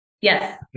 Yes